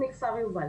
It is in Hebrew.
מכפר יובל.